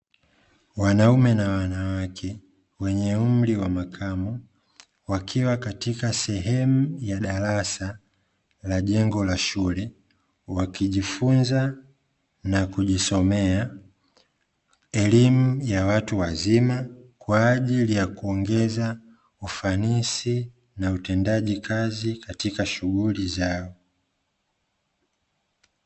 Wanaume na wanawake wenye umri wa makamo wakiwa katika sehemu ya darasa la jengo la shule, wakijifunza na kujisomea elimu ya watu wazima kwaajili ya kuongeza ufanisi na utendaji kazi katika shughuli zao.